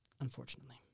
unfortunately